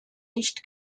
nicht